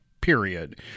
period